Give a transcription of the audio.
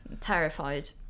terrified